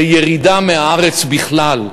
זה ירידה מהארץ בכלל,